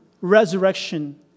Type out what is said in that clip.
resurrection